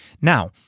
Now